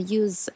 use